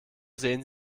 sehen